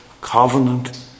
covenant